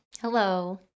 Hello